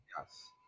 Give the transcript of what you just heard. Yes